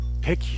Pick